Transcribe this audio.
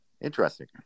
interesting